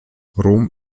rom